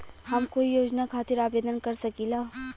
हम कोई योजना खातिर आवेदन कर सकीला?